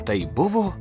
tai buvo